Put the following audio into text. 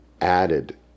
added